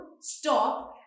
stop